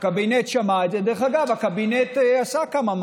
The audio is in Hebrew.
עוד עצי זית ועוד כל מיני מטעים,